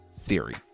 theory